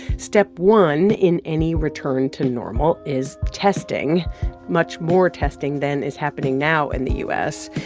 step one in any return to normal is testing much more testing than is happening now in the u s.